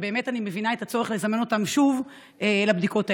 ואני באמת מבינה את הצורך לזמן אותם שוב לבדיקות האלה,